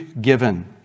given